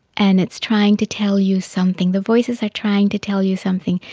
and it's trying to tell you something. the voices are trying to tell you something.